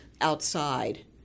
outside